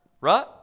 Right